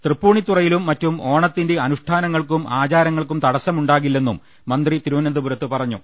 തൃപ്പൂ ണിത്തുറയിലും മറ്റും ഓണത്തിന്റെ അനുഷ്ഠാനങ്ങൾക്കും ആചാര ങ്ങൾക്കും തടസ്സമുണ്ടാകില്ലെന്നും മന്ത്രി തിരുവനന്തപുരത്ത് പറഞ്ഞു